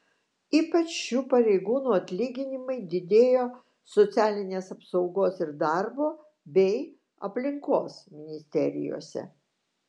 ypač šių pareigūnų atlyginimai didėjo socialinės apsaugos ir darbo bei aplinkos ministerijose